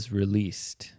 released